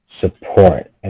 support